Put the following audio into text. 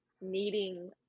needing